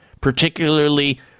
particularly